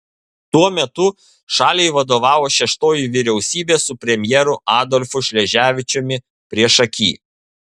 tuo metu šaliai vadovavo šeštoji vyriausybė su premjeru adolfu šleževičiumi priešaky